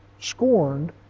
scorned